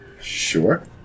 Sure